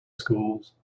schools